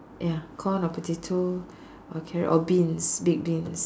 ya corn or potato or carrot or beans baked beans